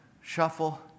shuffle